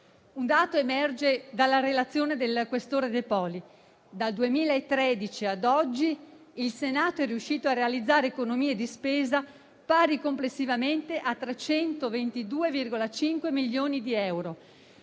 Un dato emerge dalla relazione del questore De Poli: dal 2013 ad oggi il Senato è riuscito a realizzare economie di spesa pari complessivamente a 322,5 milioni di euro,